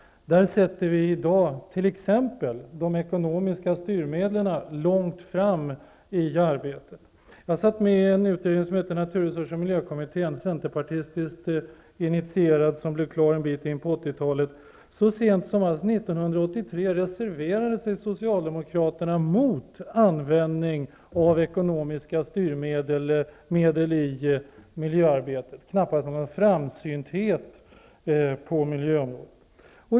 Vi sätter i dag t.ex. de ekonomiska styrmedlen långt fram i det arbetet. Jag satt med i en utredning som hette miljö och naturresurskommittén som var initierad av Centerpartiet och som blev klar en bit in på 80-talet. Så sent som 1983 reserverade sig Socialdemokraterna mot användning av ekonomiska styrmedel i miljöarbetet. Det tyder knappast på någon framsynthet på miljöområdet.